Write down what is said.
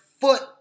foot